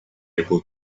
able